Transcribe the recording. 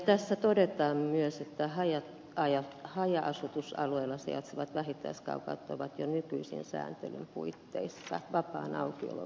tässä todetaan myös että haja asutusalueella sijaitsevat vähittäiskaupat ovat jo nykyisen sääntelyn puitteissa vapaan aukiolon piirissä